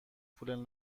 پول